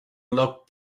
looked